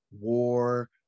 War